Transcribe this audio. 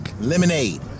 Lemonade